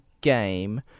game